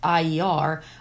IER